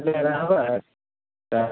अकेले रहबै तऽ